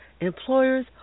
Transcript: employers